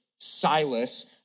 Silas